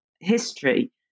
history